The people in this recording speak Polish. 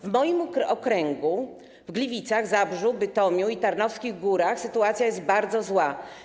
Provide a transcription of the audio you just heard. W moim okręgu, w Gliwicach, Zabrzu, Bytomiu i Tarnowskich Górach, sytuacja jest bardzo zła.